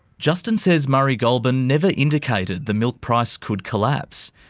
justin says murray goulburn never indicated the milk price could collapse.